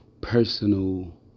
personal